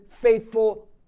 faithful